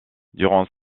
durant